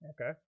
okay